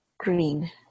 green